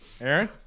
Aaron